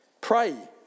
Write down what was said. Pray